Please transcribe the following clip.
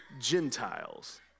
Gentiles